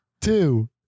two